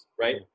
right